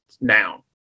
now